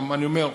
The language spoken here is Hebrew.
גם אני אומר,